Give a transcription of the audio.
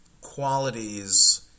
qualities